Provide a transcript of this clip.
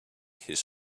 his